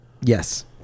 Yes